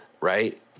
right